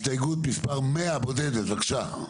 הסתייגות מספר 100, בודדת, בבקשה.